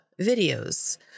videos